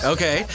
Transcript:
Okay